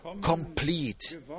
complete